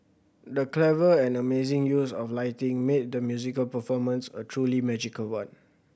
the clever and amazing use of lighting made the musical performance a truly magical one